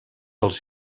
els